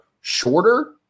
shorter